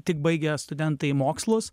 tik baigę studentai mokslus